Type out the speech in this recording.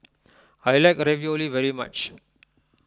I like Ravioli very much